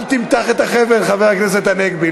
אל תמתח את החבל, חבר הכנסת הנגבי.